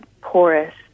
porous